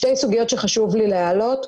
שתי סוגיות שחשוב לי להעלות.